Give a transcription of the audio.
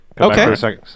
okay